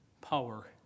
power